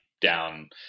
down